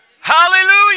Hallelujah